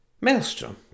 Maelstrom